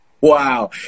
Wow